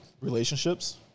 relationships